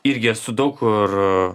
irgi esu daug kur